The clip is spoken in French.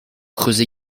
creusent